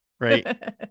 Right